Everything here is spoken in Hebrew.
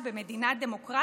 במדינה דמוקרטית,